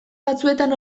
batzuetan